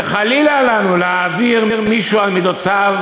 וחלילה לנו להעביר מישהו על מידותיו